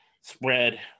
spread